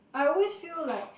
I always feel like